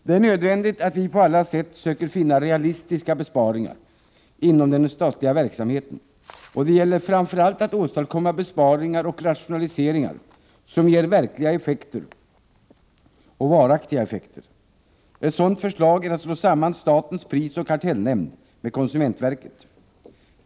Det är nödvändigt att vi på alla sätt söker finna realistiska besparingar inom den statliga verksamheten, och det gäller framför allt att åstadkomma besparingar och rationaliseringar som ger varaktiga effekter. Ett sådant förslag är att slå samman statens prisoch kartellnämnd med konsumentverket.